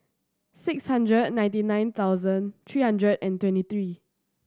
six hundred and ninety nine thousand three hundred and twenty three